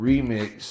Remix